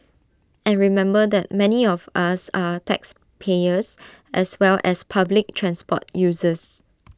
and remember that many of us are taxpayers as well as public transport users